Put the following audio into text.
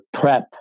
prep